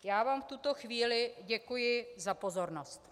Já vám v tuto chvíli děkuji za pozornost.